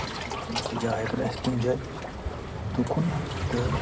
مطلب اصل اصل جاے اگر آسہِ کُنہِ جایہِ تُکُن تہٕ